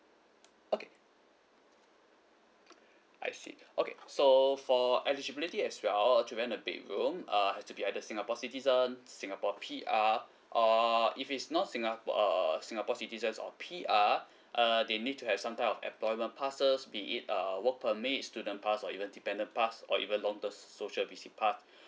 okay I see okay so for eligibility as well to rent a bedroom err has to be either singapore citizen singapore P_R err if it's not singapore err singapore citizens or P_R uh they need to have some type of employment passes be it uh work permit student pass or even dependant pass or even long term social visit pass